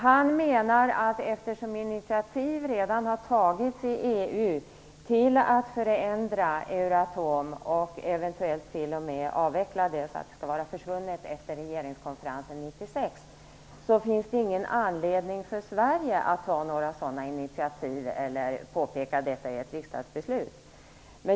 Han menar att eftersom initiativ redan har tagits i EU till att förändra Euratom och eventuellt t.o.m. till att avveckla det så att det skall försvinna efter regeringskonferensen 1996, så finns det ingen anledning för Sverige att ta några sådana initiativ eller att påpeka detta i ett riksdagsbeslut.